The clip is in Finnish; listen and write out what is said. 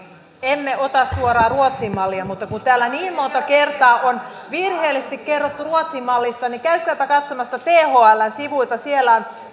emme ota suoraan ruotsin mallia kun täällä niin monta kertaa on virheellisesti kerrottu ruotsin mallista niin käykääpä katsomassa thln sivuilta siellä on